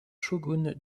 shogun